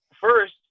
first